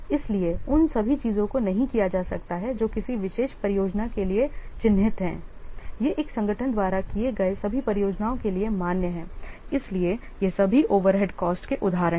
इसलिए उन सभी चीजों को नहीं किया जा सकता है जो किसी विशेष परियोजना के लिए चिह्नित हैं यह एक संगठन द्वारा किए गए सभी परियोजनाओं के लिए मान्य है इसलिए ये सभी ओवरहेड कॉस्ट के उदाहरण हैं